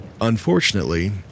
Unfortunately